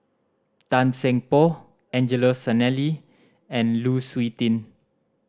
Tan Seng Poh Angelo Sanelli and Lu Suitin